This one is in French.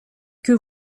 que